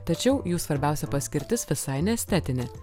tačiau jų svarbiausia paskirtis visai ne estetinė